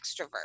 extrovert